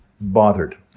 bothered